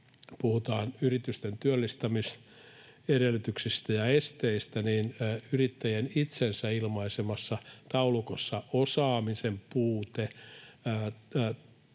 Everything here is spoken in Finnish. puhutaan yritysten työllistämisedellytyksistä ja ‑esteistä, niin yrittäjien itsensä ilmaisemassa taulukossa osaamisen puute,